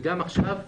וגם עכשיו,